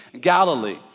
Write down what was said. Galilee